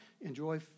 enjoy